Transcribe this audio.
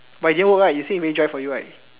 but it didn't work right you say is very dry for you right